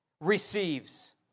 receives